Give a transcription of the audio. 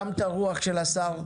גם את הרוח של השר,